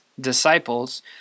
disciples